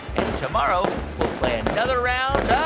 and tomorrow, we'll play another round ah